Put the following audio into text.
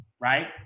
right